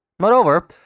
Moreover